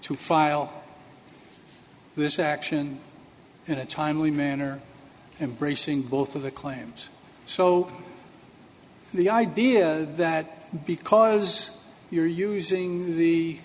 to file this action in a timely manner and bracing both of the claims so the idea that because you're using the